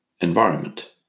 Environment